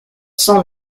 cent